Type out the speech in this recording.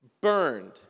burned